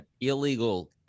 illegal